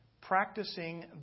Practicing